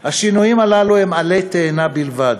השינויים הללו הם עלה תאנה בלבד,